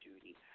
duty